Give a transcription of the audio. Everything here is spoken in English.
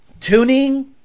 tuning